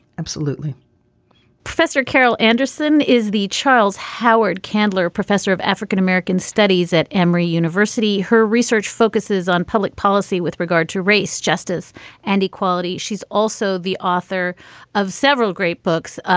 absolutely professor carol anderson is the charles howard candler professor of african-american studies at emory university. her research focuses on public policy with regard to race, justice and equality. she's also the author of several great books.